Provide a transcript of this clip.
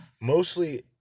Mostly